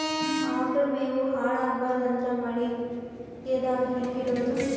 ಆಕಳ ಮೆವೊ ಹಾಳ ಆಗಬಾರದು ಅಂದ್ರ ಮಳಿಗೆದಾಗ ಹೆಂಗ ಇಡೊದೊ?